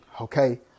Okay